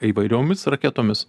įvairiomis raketomis